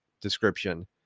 description